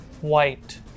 white